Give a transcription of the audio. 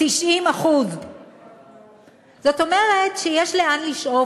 90%. זאת אומרת שיש לאן לשאוף.